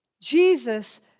Jesus